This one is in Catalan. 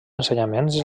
ensenyaments